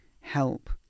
help